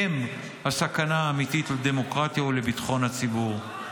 היא הסכנה האמיתית לדמוקרטיה ולביטחון הציבור.